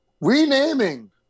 Renaming